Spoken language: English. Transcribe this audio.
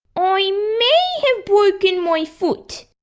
i may have broken my foot.